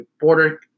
border